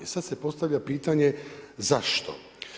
I sad se postavlja pitanje zašto?